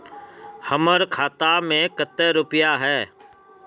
हमर खाता में केते रुपया है?